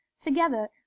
together